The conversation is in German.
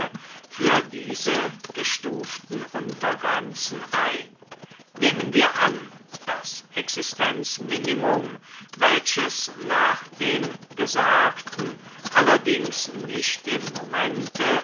für diese gestuften untergrenzen ein nehmen wir an das existenzminimum welches nach dem gesagten allerdings nicht im momente